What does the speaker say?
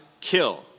kill